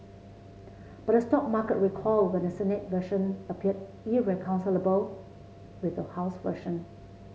but the stock market recoiled when the Senate version appeared irreconcilable with the House version